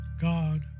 God